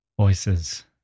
Voices